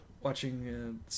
Watching